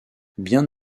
bien